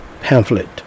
pamphlet